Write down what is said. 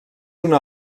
una